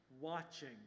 watching